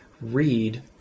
read